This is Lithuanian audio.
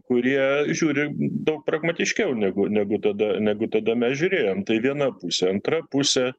kurie žiūri daug pragmatiškiau negu negu tada negu tada mes žiūrėjom tai viena pusė antra pusė